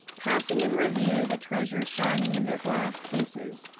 passing in review the treasures shining in their glass cases.